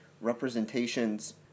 representations